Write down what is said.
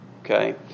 Okay